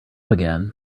again